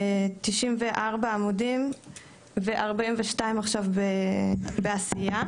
94 עמודים ו-42 עכשיו בעשייה,